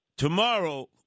Tomorrow